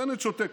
בנט שותק.